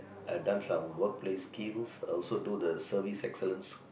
I've done some workplace skills also do the service excellence